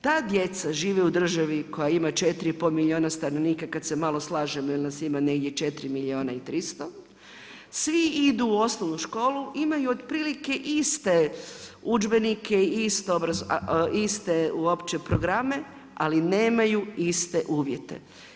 Ta djeca žive u državi koja ima 4,5 milijuna stanovnika kada se malo slažemo jer nas ima negdje 4 milijuna i 300, svi idu u osnovnu školu, imaju otprilike iste udžbenike, iste uopće programe ali nemaju iste uvjete.